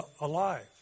alive